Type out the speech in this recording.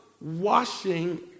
washing